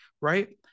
right